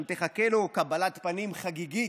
ושם תחכה לו קבלת פנים חגיגית,